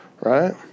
Right